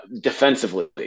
defensively